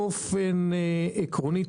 באופן עקרוני,